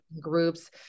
groups